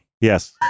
Yes